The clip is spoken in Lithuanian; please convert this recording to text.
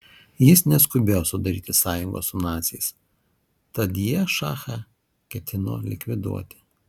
jis neskubėjo sudaryti sąjungos su naciais tad jie šachą ketino likviduoti